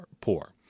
poor